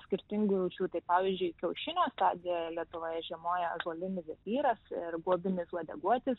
skirtingų rūšių tai pavyzdžiui kiaušiniostadijoj lietuvoje žiemoja ąžuolinis zefyras ir guobinis uodeguotis